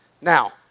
Now